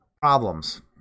problems